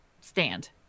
stand